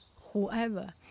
whoever